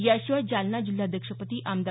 याशिवाय जालना जिल्हाध्यक्षपदी आमदार